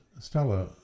Stella